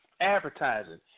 Advertising